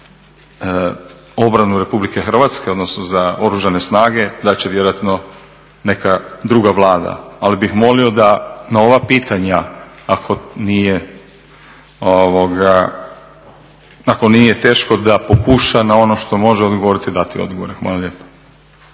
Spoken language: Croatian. obranu Republike Hrvatske odnosno za Oružane snage dati će vjerojatno neka druga Vlada. Ali bih molio da na ova pitanja ako nije teško da pokuša na ono što može odgovoriti i dati odgovore. Hvala lijepa.